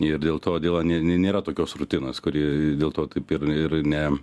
ir dėl to dėl nė nėra tokios rutinos kuri dėl to taip ir ir ne